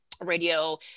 radio